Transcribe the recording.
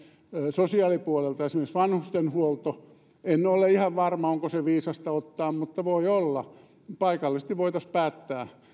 sosiaalipuolelta esimerkiksi vanhustenhuolto en ole ihan varma onko se viisasta ottaa mutta voi olla ja paikallisesti voitaisiin päättää